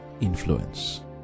Influence